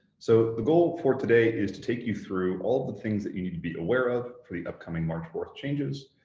so the goal for today is to take you through all the things that you need to be aware of for the upcoming march fourth changes.